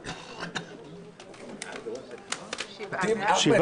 23 הוראת שעה נגיף הקורונה החדש)(מענק חד פעמי נוסף),